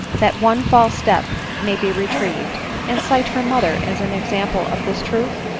that one false step may be retrieved and cite her mother as an example of this truth?